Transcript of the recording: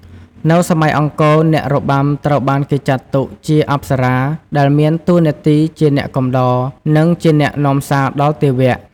នៅសម័យអង្គរ អ្នករបាំត្រូវបានគេចាត់ទុកជា អប្សរា ដែលមានតួនាទីជាអ្នកកំដរ និងជាអ្នកនាំសារដល់ទេវៈ។